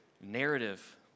narrative